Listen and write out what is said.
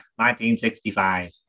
1965